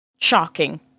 Shocking